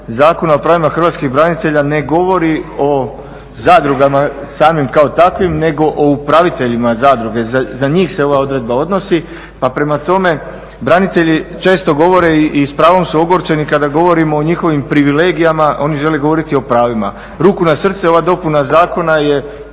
Zakona o pravima Hrvatskih branitelja ne govori o zadrugama samim kao takvim, nego o upraviteljima zadruge, za njih se ova odredba odnosi. Pa prema tome, branitelji često govore i s pravom su ogorčeni kada govorimo o njihovim privilegijama, oni žele govoriti o pravima. Ruku na srce ova dopuna zakona je